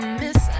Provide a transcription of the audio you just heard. miss